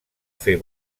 fer